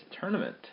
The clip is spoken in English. tournament